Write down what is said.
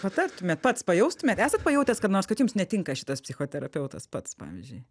patartumėt pats pajaustumėt esat pajautęs kada nors kad jums netinka šitas psichoterapeutas pats pavyzdžiui